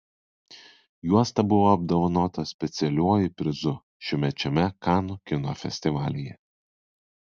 juosta buvo apdovanota specialiuoju prizu šiųmečiame kanų kino festivalyje